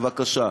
בבקשה.